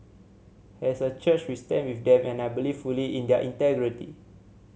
as a church we stand with them and I believe fully in their integrity